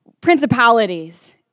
principalities